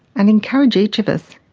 and encourage each of us,